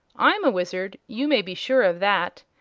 i'm a wizard you may be sure of that.